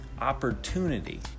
opportunity